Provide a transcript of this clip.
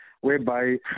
whereby